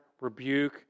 rebuke